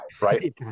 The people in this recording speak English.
right